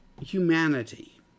humanity